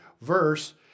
verse